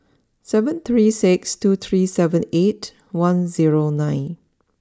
seven three six two three seven eight one zero nine